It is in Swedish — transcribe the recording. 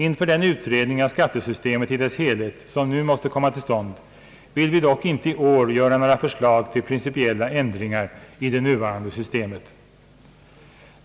Inför den utredning av skattesystemet i dess helhet, som nu måste komma till stånd, vill vi dock inte i år göra några förslag till principiella ändringar i det nuvarande systemet.